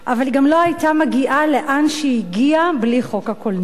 אבל גם לא היתה מגיעה לאן שהגיעה בלי חוק הקולנוע.